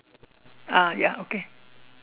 uh ya okay